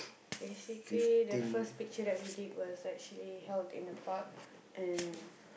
basically the first picture that we did was actually how it came about and